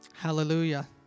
Hallelujah